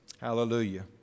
Hallelujah